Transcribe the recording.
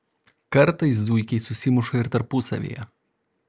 kartais zuikiai susimuša ir tarpusavyje